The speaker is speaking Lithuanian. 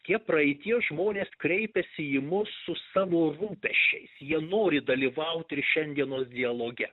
tie praeities žmonės kreipiasi į mus su savo rūpesčiais jie nori dalyvaut ir šiandienos dialoge